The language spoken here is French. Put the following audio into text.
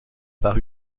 par